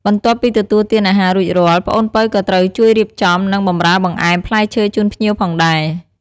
បន្ទាប់ពីទទួលទានអាហាររួចរាល់ ប្អូនពៅក៏ត្រូវជួយរៀបចំ និង បម្រើបង្អែមផ្លែឈើជូនភ្ញៀវផងដែរ។